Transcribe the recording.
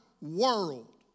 world